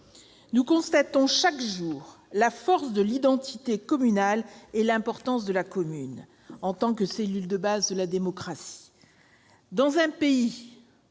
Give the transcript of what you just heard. Nous constatons chaque jour la force de l'identité communale et l'importance de la commune en tant que cellule de base de la démocratie.